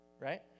right